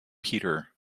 peter